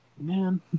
Man